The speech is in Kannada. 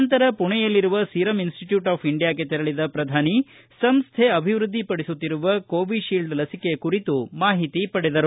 ನಂತರ ಪುಣೆಯಲ್ಲಿರುವ ಸೀರಮ್ ಇನ್ ಸ್ವಿಟ್ಯೂಟ್ ಆಫ್ ಇಂಡಿಯಾಕ್ಕೆ ತೆರಳಿದ ಪ್ರಧಾನಿ ಸಂಸ್ವೆ ಅಭಿವೃದ್ದಿಪಡಿಸುತ್ತಿರುವ ಕೋವಿಶೀಲ್ಡ್ ಲಸಿಕೆ ಕುರಿತು ಮಾಹಿತಿ ಪಡೆದರು